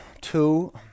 two